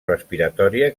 respiratòria